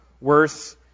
worse